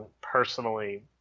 personally